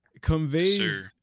conveys